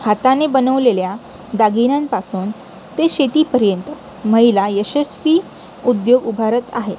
हाताने बनवलेल्या दागिन्यांपासून ते शेतीपर्यंत महिला यशस्वी उद्योग उभारत आहेत